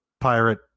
pirate